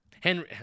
Henry